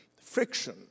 friction